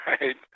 right